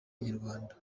inyarwanda